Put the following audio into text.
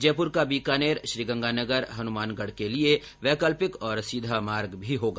जयपुर का बीकानेर श्रीगंगानगर हनुमानगढ के लिए वैकल्पिक और सीधा मार्ग भी होगा